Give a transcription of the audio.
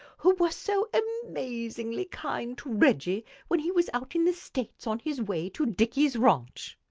who were so amazingly kind to reggie when he was out in the states on his way to dicky's ranch!